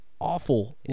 awful